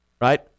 right